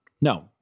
No